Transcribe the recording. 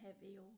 heavy